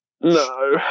No